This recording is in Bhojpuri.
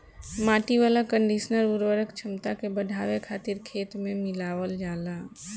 माटी वाला कंडीशनर उर्वरक क्षमता के बढ़ावे खातिर खेत में मिलावल जाला